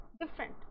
different